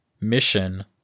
mission